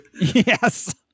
Yes